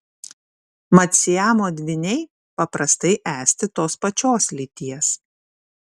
mat siamo dvyniai paprastai esti tos pačios lyties